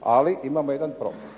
ali imamo jedan problem.